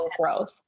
growth